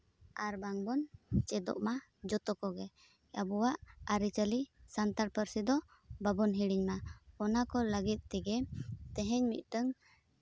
ᱟᱨ ᱵᱟᱝ ᱵᱚᱱ ᱪᱮᱫᱚᱜ ᱢᱟ ᱡᱚᱛᱚ ᱠᱚᱜᱮ ᱟᱵᱚᱣᱟᱜ ᱟᱹᱨᱤᱪᱟᱹᱞᱤ ᱥᱟᱱᱛᱟᱲ ᱯᱟᱹᱨᱥᱤ ᱫᱚ ᱵᱟᱵᱚᱱ ᱦᱤᱲᱤᱧ ᱢᱟ ᱚᱱᱟ ᱞᱟᱹᱜᱤᱫ ᱛᱮᱜᱮ ᱛᱮᱦᱮᱧ ᱢᱤᱫᱴᱟᱱ